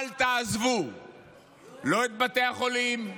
אל תעזבו לא את בתי החולים,